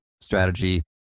strategy